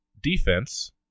defense